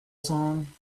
song